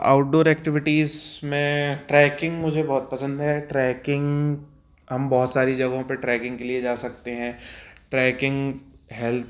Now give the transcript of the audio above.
outdoor activities में trekking मुझे बहुत पसंद है ट्रैकिंग हम बहुत सारी जगहों पर ट्रैकिंग के लिए जा सकते हैं ट्रैकिंग हेल्थ